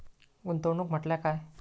गुंतवणूक म्हटल्या काय?